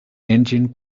engine